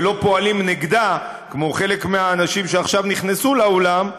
ולא פועלים נגדה כמו חלק מהאנשים שעכשיו נכנסו לאולם,